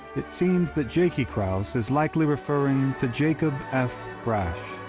it seems that jakey krause is likely referring to jacob f. frasch,